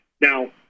Now